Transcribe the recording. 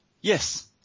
Yes